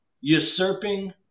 usurping